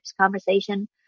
conversation